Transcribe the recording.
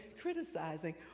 criticizing